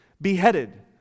beheaded